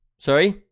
Sorry